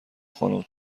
خانم